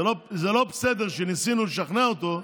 זה לא בסדר שניסינו לשכנע אותו,